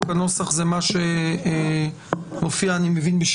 מה שאני מבקש